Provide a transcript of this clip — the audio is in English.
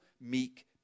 meek